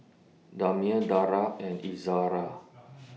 Damia Dara and Izzara